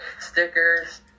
stickers